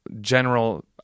general